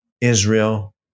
Israel